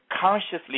consciously